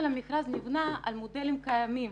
המכרז נבנה על מודלים קיימים